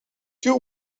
two